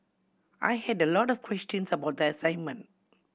I had a lot of questions about the assignment